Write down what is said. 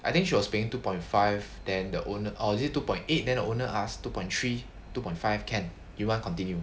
I think she was paying two point five then the own or is it two point eight then owner asked two point three two point five can you want continue